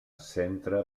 centre